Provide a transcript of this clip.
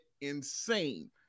insane